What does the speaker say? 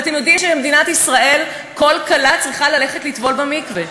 ואתם יודעים שבמדינת ישראל כל כלה צריכה ללכת לטבול במקווה.